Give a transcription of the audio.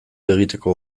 egiteko